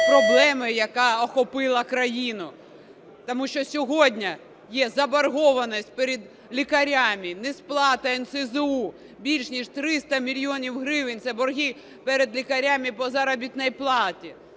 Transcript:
проблему, яка охопила країну, тому що сьогодні є заборгованість перед лікарями. Нсплата НСЗУ більше ніж 300 мільйонів гривень – це борги перед лікарями по заробітній платі.